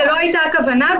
זו לא הייתה הכוונה.